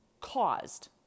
caused